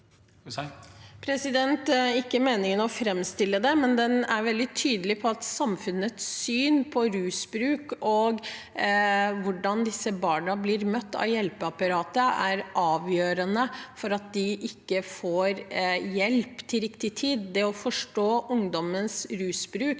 Det er ikke menin- gen å framstille det slik, men den er veldig tydelig på at samfunnets syn på rusbruk og hvordan disse barna blir møtt av hjelpeapparatet, er avgjørende for at de ikke får hjelp til riktig tid. Det å forstå ungdommens rusbruk